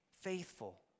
faithful